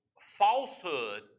Falsehood